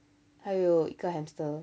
还有一个 hamster